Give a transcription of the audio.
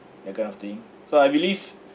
that kind of thing so I believe